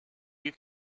you